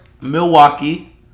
Milwaukee